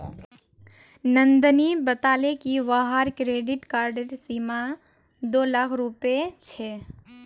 नंदनी बताले कि वहार क्रेडिट कार्डेर सीमा दो लाख रुपए छे